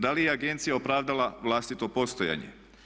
Da li je agencija opravdala vlastito postojanje?